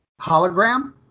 hologram